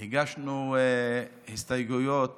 הגשנו הסתייגויות